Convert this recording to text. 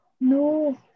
no